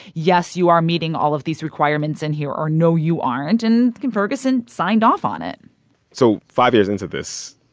yes, you are meeting all of these requirements and here or, no, you aren't. and ferguson signed off on it so five years into this,